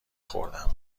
خوردم